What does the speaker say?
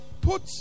put